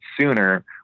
sooner